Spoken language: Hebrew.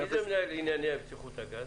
מי זה המנהל לענייני בטיחות הגז?